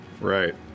Right